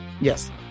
Yes